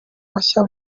bashya